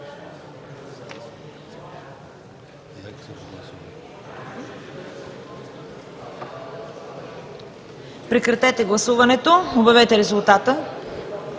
прекратете гласуването и обявете резултата.